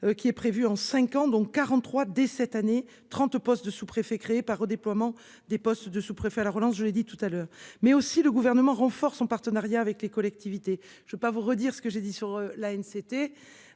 qui est prévu en 5 ans, dont 43 dès cette année 30 postes de sous-préfet créer par redéploiement des postes de sous-préfet à la relance. Je l'ai dit tout à l'heure, mais aussi le gouvernement renforce son partenariat avec les collectivités. Je peux pas vous redire ce que j'ai dit sur la une,